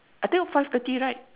until five thirty right